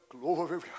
Glory